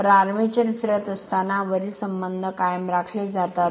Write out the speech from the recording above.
तर आर्मेचर फिरत असताना वरील संबंध कायम राखले जातात